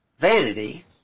vanity